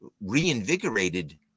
reinvigorated